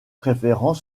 préférant